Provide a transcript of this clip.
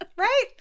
Right